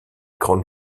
grandes